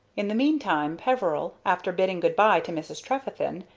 in the meantime peveril, after bidding good-bye to mrs. trefethen,